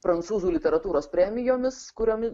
prancūzų literatūros premijomis kurioms